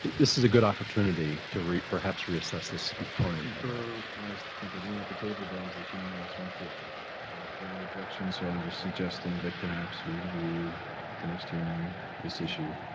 this is a good opportunity to perhaps reassess this component. i concur and i think everyone at the table does that human rights are important. i don't hear any objections so i'm just suggesting that perhaps we review at the next hearing this issue.